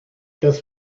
das